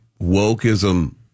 wokeism